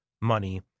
money